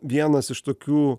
vienas iš tokių